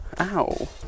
Ow